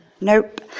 Nope